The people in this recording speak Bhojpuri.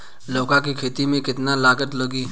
लौका के खेती में केतना लागत लागी?